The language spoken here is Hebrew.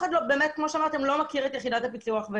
כמו שאמרת, אף אחד לא מכיר את יחידת הפיצו"ח.